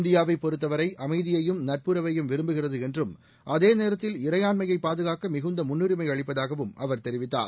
இந்தியாவைப் பொறுத்தவரை அமைதியையும் நட்புறவையும் விரும்புகிறது என்றும் அதேநேரத்தில் இறையாண்மையை பாதுகாக்க மிகுந்த முன்னுரிமை அளிப்பதாகவும் அவர் தெரிவித்தார்